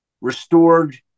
restored